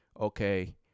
okay